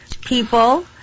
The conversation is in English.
people